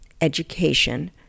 education